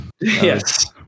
yes